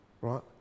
right